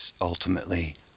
ultimately